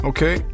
Okay